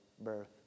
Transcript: birth